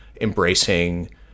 embracing